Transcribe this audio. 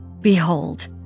Behold